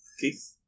Keith